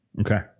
Okay